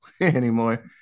anymore